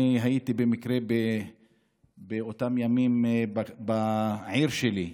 אני הייתי במקרה באותם ימים בעיר שלי,